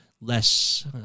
less